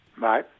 Bye